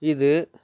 இது